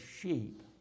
sheep